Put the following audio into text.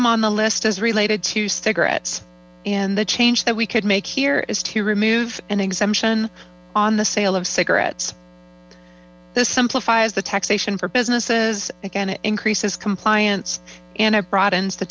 item on the list is related to cigarets in the change that we could make here is to remove an exemption on the sale of cigarets this simplifies the taxation for businesses again it increases compliance and it broadens the